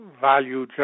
value